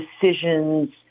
decisions